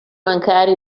mancare